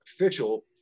official